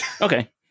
okay